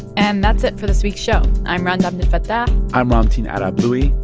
and that's it for this week's show. i'm rund abdelfatah i'm ramtin arablouei,